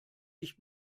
ich